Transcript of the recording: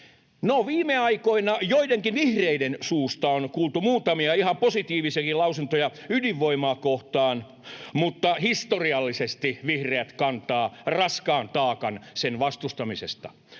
viime aikoina joidenkin vihreiden suusta on kuultu muutamia ihan positiivisiakin lausuntoja ydinvoimaa kohtaan, mutta historiallisesti vihreät kantavat raskaan taakan sen vastustamisesta.